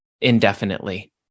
indefinitely